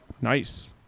Nice